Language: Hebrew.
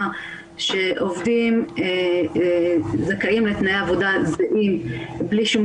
דיקלה, זה לא מצב זמני, מה שתואר